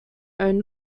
own